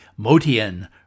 Motian